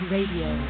Radio